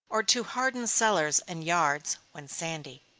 or to harden cellars and yards, when sandy.